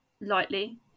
lightly